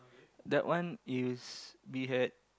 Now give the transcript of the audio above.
that one is we had